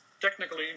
technically